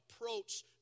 approach